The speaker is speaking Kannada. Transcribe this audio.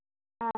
ಹಾಂ